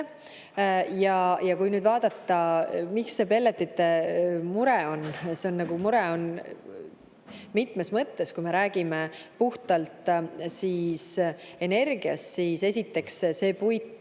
Ja kui nüüd vaadata, miks see pelletite mure on, siis see mure on mitmetahuline. Kui me räägime puhtalt energiast, siis esiteks, see puit